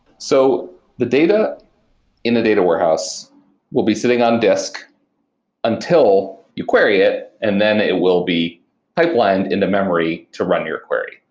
so the data in a data warehouse will be sitting on disk until you query it and then it will be pipelined in the memory to run your query.